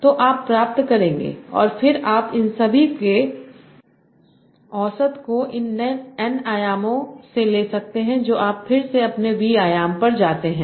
तो आप प्राप्त करेंगे और फिर आप इन सभी के औसत को इन N आयामों से ले सकते हैं जो आप फिर से अपने Vआयाम पर जाते हैं